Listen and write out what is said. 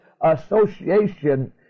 association